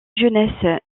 jeunesse